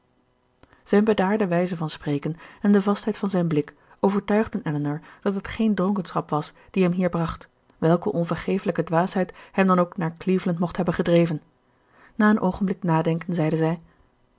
zijn bedaarde wijze van spreken en de vastheid van zijn blik overtuigden elinor dat het geen dronkenschap was die hem hier bracht welke onvergefelijke dwaasheid hem dan ook naar cleveland mocht hebben gedreven na een oogenblik nadenken zeide zij